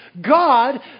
God